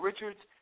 Richards